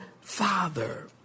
father